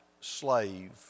slave